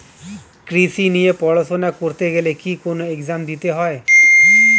কৃষি নিয়ে পড়াশোনা করতে গেলে কি কোন এগজাম দিতে হয়?